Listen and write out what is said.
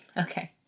okay